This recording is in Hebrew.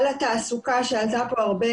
על התעסוקה שעלתה פה הרבה,